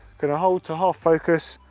going to hold to half focus,